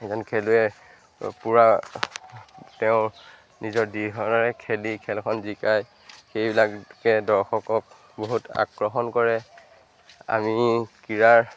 এজন খেলুৱে পূৰা তেওঁ নিজৰ দৃঢ়তাৰে খেলি খেলখন জিকায় সেইবিলাকে দৰ্শকক বহুত আকৰ্ষণ কৰে আমি ক্ৰীড়াৰ